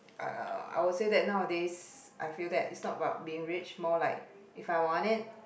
uh I would say that nowadays I feel that it's not about being rich more like if I want it